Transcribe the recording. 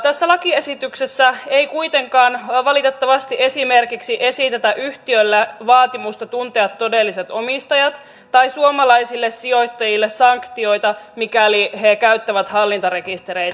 tässä lakiesityksessä ei kuitenkaan valitettavasti esimerkiksi esitetä yhtiölle vaatimusta tuntea todelliset omistajat tai suomalaisille sijoittajille sanktioita mikäli he käyttävät hallintarekistereitä